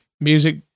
music